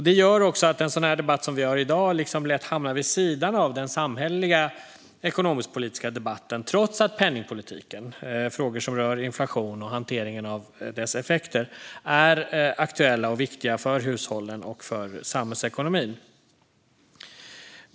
Detta gör att en debatt som den vi har i dag lätt hamnar vid sidan om den ekonomisk-politiska debatten, trots att penningpolitiken och frågor som rör inflation och hanteringen av dess effekter är aktuella och viktiga för hushållen och samhällsekonomin.